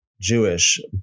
Jewish